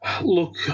Look